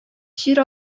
җир